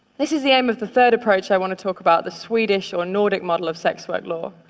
this is the aim of the third approach i want to talk about the swedish or nordic model of sex-work law.